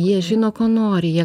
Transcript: jie žino ko nori jie